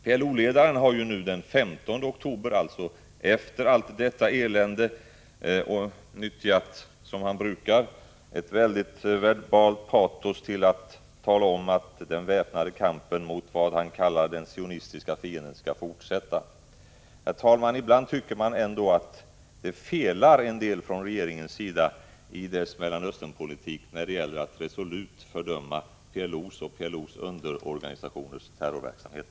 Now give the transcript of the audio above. PLO-ledaren har den 15 oktober, alltså efter allt detta elände, som vanligt med ett väldigt verbalt patos, talat om att den väpnade kampen mot vad han kallar den sionistiska fienden skall fortsätta. Herr talman! Ibland tycker man att det brister en del i regeringens Mellanösternpolitik när det gäller att resolut fördöma PLO:s och PLO:s underorganisationers terrorverksamhet.